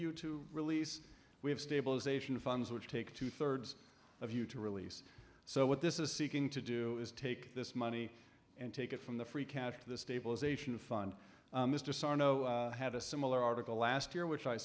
you to release we have stabilization funds which take two thirds of you to release so what this is seeking to do is take this money and take it from the free cash to the stabilization fund mr sarno had a similar article last year which i